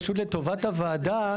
פשוט לטובת הוועדה,